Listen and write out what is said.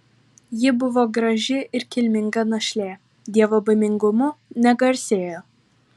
ji buvo graži ir kilminga našlė dievobaimingumu negarsėjo